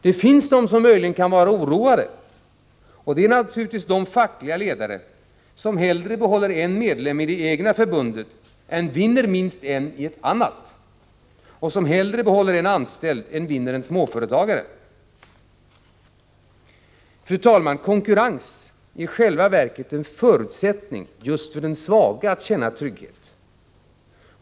De enda som möjligen kan vara oroade är de fackliga ledare som hellre behåller en medlem i det egna förbundet än vinner minst en i ett annat och som hellre behåller en anställd än vinner en småföretagare. Fru talman! Konkurrens är i själva verket en förutsättning just för den svage att känna trygghet.